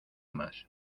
más